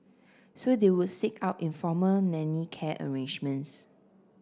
so they would seek out informal nanny care arrangements